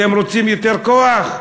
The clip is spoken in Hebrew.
אתם רוצים יותר כוח?